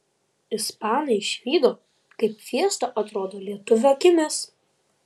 ispanai išvydo kaip fiesta atrodo lietuvių akimis